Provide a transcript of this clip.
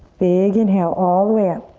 big inhale all the way up.